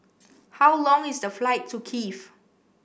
how long is the flight to Kiev